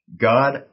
God